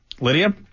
Lydia